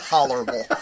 Tolerable